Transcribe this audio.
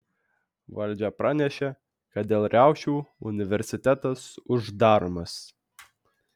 valdžia pranešė kad dėl riaušių universitetas uždaromas